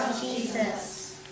Jesus